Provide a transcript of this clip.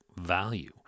value